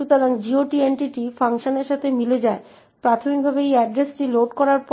তাই আমরা এই লাইনের শুরুতে একটি ব্রেকপয়েন্ট রেখেছি এবং প্রথমে আমরা এখানে কয়েকটি মান নোট করব